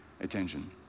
attention